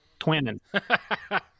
twinning